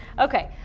ok,